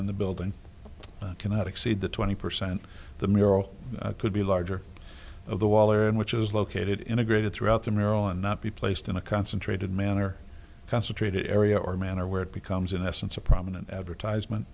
in the building cannot exceed the twenty percent the mural could be larger of the wall or in which is located integrated throughout the marrow and not be placed in a concentrated manner concentrated area or manner where it becomes in essence a prominent advertisement